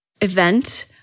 event